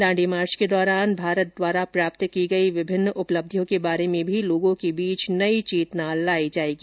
Dandi march के दौरान भारत द्वारा प्राप्त की गई विभिन्न उपलब्धियों के बारे में भी लोगों के बीच नई चेतना लाई जाएगी